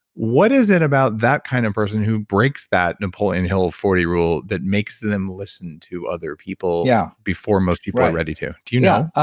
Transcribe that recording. what is it about that kind of person who breaks that napoleon hill forty rule that makes them listen to other people yeah before most people are ready to? do you know?